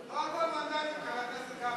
לא הכול מנדטים, חבר הכנסת גפני.